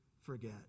forget